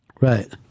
Right